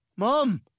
Mom